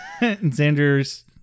Xander's